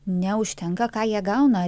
neužtenka ką jie gauna